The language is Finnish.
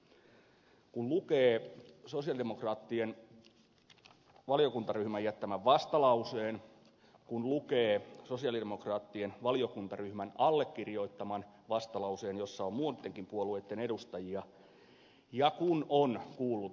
kun lukee sosialidemokraattien valiokuntaryhmän jättämän vastalauseen kun lukee sosialidemokraattien valiokuntaryhmän allekirjoittaman vastalauseen jossa on muittenkin puolueitten edustajia ja kun on kuullut ed